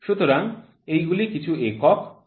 সুতরাং এইগুলি কিছু একক